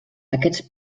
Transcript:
aquests